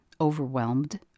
overwhelmed